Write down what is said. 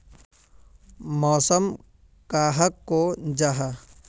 मौसम कहाक को जाहा?